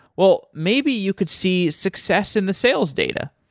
well, maybe you could see success in the sales data,